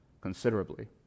considerably